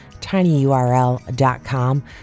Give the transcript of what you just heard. tinyurl.com